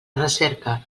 recerca